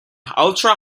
ultra